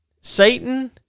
Satan